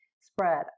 spread